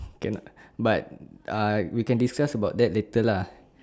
cannot but ah we can discuss about that later lah